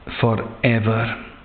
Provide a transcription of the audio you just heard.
Forever